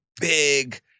big